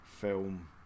film